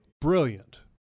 Brilliant